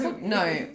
no